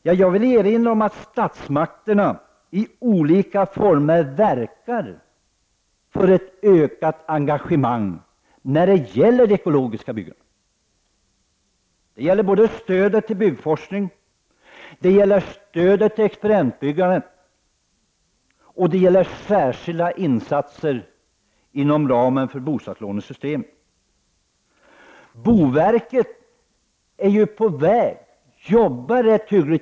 Jag vill erinra om att statsmakterna i olika former verkar för ett ökat engagemang för det ekologiska byggandet. Det gäller stödet till byggforskning, stödet till experimentbyggande och det gäller särskilda insatser inom ramen för bostadslånesystemet. Boverket arbetar med dessa frågor.